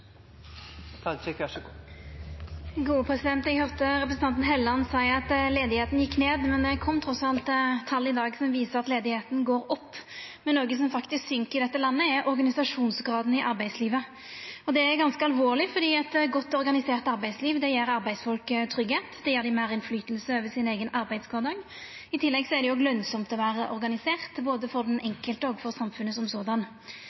Takk til alle gode kolleger som nå trer ut av Stortinget for godt, for godt samarbeid og gode debatter gjennom mange år. Det blir replikkordskifte. Eg høyrde representanten Helleland seia at arbeidsløysa gjekk ned, men det kom trass alt tal i dag som viser at arbeidsløysa går opp. Men noko som faktisk går ned i dette landet, er organisasjonsgraden i arbeidslivet. Det er ganske alvorleg, for eit godt organisert arbeidsliv gjer arbeidsfolk trygge, det gjev dei meir innflytelse over sin eigen arbeidskvardag. I tillegg er det lønsamt å vera organisert